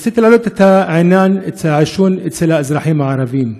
רציתי להעלות את עניין העישון אצל האזרחים הערבים.